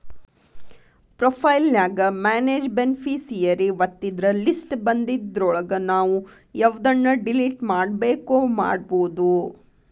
profile ನ್ಯಾಗ manage beneficiary ಒತ್ತಿದ್ರ list ಬನ್ದಿದ್ರೊಳಗ ನಾವು ಯವ್ದನ್ನ ಡಿಲಿಟ್ ಮಾಡ್ಬೆಕೋ ಮಾಡ್ಬೊದು